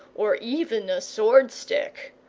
or even a sword-stick,